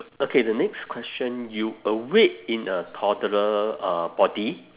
okay the next question you awake in a toddler uh body